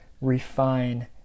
refine